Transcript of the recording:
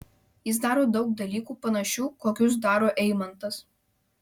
jis daro daug dalykų panašių kokius daro eimantas